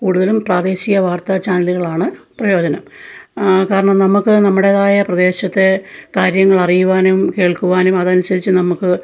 കൂടുതലും പ്രാദേശിക വാർത്ത ചാനലുകളാണ് പ്രയോജനം കാരണം നമുക്ക് നമ്മുടേതായ പ്രദേശത്തെ കാര്യങ്ങളറിയുവാനും കേൾക്കുവാനും അതനുസരിച്ച് നമുക്ക്